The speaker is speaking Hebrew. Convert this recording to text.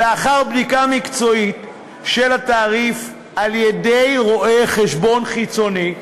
ולאחר בדיקה מקצועית של התעריף על-ידי רואה-חשבון חיצוני,